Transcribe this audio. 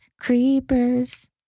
Creepers